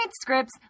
scripts